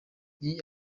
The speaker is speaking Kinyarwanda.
iyi